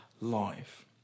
life